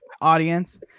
audience